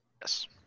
Yes